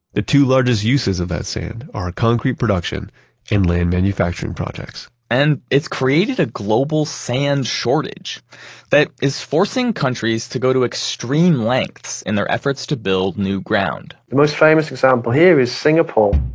the two largest uses of that sand are a concrete production and land manufacturing projects. and it's created a global sand shortage that is forcing countries to go to extreme lengths in their efforts to build new ground. the most famous example here is singapore.